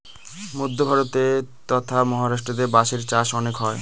মধ্য ভারতে ট্বতথা মহারাষ্ট্রেতে বাঁশের চাষ অনেক হয়